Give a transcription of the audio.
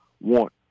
want